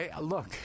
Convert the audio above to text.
look